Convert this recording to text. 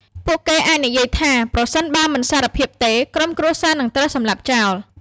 ពួកគេអាចនិយាយថាប្រសិនបើមិនសារភាពទេ ក្រុមគ្រួសារនឹងត្រូវសម្លាប់ចោល។